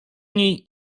niej